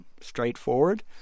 straightforward